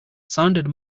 sounded